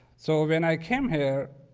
so, when i came here,